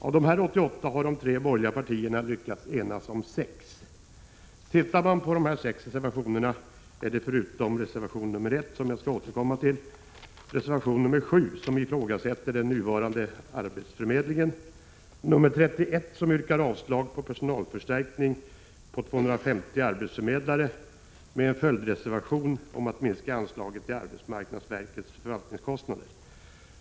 Av dessa 88 har de tre borgerliga partierna lyckats ena sig när det gäller 6. Bland dessa 6 reservationer finner man, förutom reservation 1 som jag skall återkomma till, reservation 7 där den nuvarande arbetsförmedlingen ifrågasätts och reservation 31 där det yrkas avslag på personalförstärkning med 250 arbetsförmedlare — med en följdreservation om minskning av anslaget till bestridande av arbetsmarknadsverkets förvaltningskostnader.